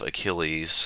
Achilles